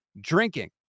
drinking